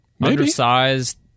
undersized